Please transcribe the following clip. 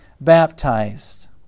baptized